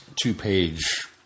two-page